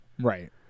Right